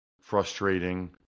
frustrating